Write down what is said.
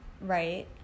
Right